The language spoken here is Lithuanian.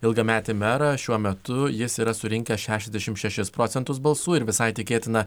ilgametį merą šiuo metu jis yra surinkęs šešiasdešimt šešis procentus balsų ir visai tikėtina